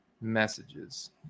Messages